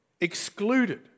excluded